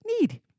need